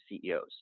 CEOs